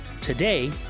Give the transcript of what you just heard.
Today